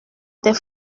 des